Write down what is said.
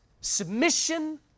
submission